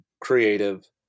creative